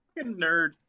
nerd